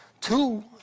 two